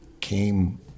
came